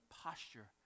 posture